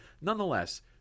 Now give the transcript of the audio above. nonetheless